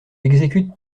exécute